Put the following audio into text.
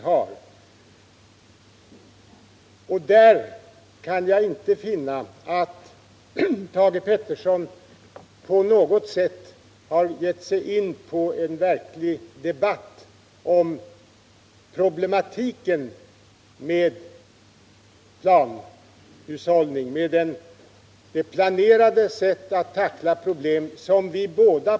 Jag kan inte finna att Thage Peterson på något sätt har tagit upp problematiken i fråga om planhushållningen i en debatt som har det syfte vi båda eftersträvar, nämligen att verkligen tackla problemen, låt vara på olika sätt.